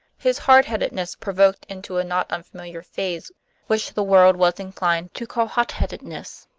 his hard-headedness provoked into a not unfamiliar phase which the world was inclined to call hot-headedness.